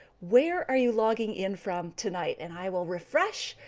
where are you logging in from tonight. and i will refresh.